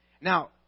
Now